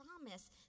promise